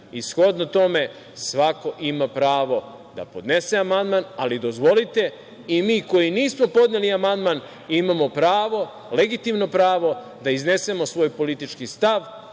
Shodno tome svako ima pravo da podnese amandman, ali, dozvolite, i mi koji nismo podneli amandman imamo pravo, legitimno pravo, da iznesemo svoj politički stav